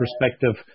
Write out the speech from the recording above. perspective